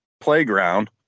playground